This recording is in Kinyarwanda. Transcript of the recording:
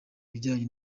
ibijyanye